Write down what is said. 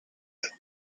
had